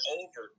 over